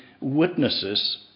witnesses